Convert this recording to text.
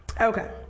Okay